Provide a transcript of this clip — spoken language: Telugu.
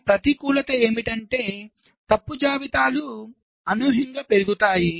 కానీ ప్రతికూలత ఏమిటంటే తప్పు జాబితాలు అనూహ్యంగా పెరుగుతాయి